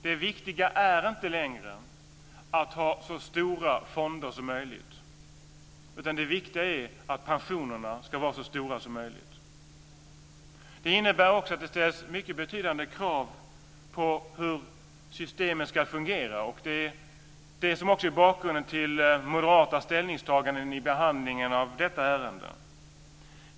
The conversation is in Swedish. Det viktiga är inte längre att ha så stora fonder som möjligt, utan det viktiga är att pensionerna ska vara så stora som möjligt. Det innebär också att det ställs mycket betydande krav på hur systemen ska fungera. Det är också bakgrunden till moderata ställningstaganden i behandlingen av detta ärende.